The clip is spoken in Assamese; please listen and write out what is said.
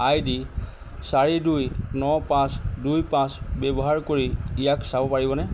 আই ডি চাৰি দুই ন পাঁচ দুই পাঁচ ব্যৱহাৰ কৰি ইয়াক চাব পাৰিবনে